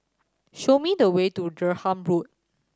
show me the way to Durham Road